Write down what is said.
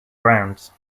grounds